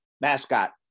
Mascot